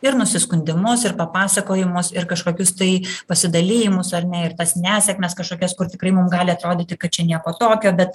ir nusiskundimus ir papasakojimus ir kažkokius tai pasidalijimus ar ne ir tas nesėkmes kažkokias kur tikrai mum gali atrodyti kad čia nieko tokio bet